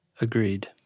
Agreed